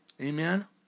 amen